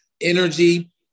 Energy